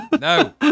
no